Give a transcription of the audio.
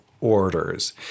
orders